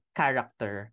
character